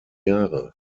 jahre